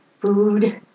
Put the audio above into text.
food